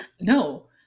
No